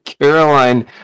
Caroline